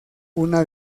una